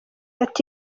ati